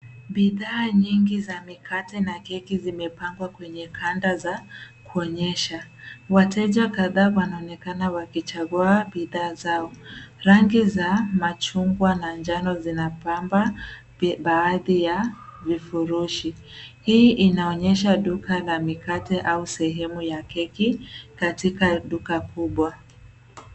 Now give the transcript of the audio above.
Bidhaa nyingi za mikate na keki zimepangwa kwenye kanda za kuonyesha. Wateja kadhaa wanaonekana wakichagua bidhaa zao. Rangi za machungwa na njano zinapamba baadhi ya vifurushi. Hii inaonyesha duka la mikate au sehemu ya keki katika duka kubwa.